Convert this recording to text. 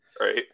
Right